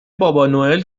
بابانوئل